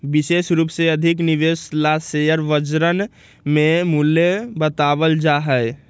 विशेष रूप से अधिक निवेश ला शेयर बजरवन में मूल्य बतावल जा हई